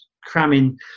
cramming